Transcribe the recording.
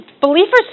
believers